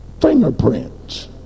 fingerprints